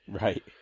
Right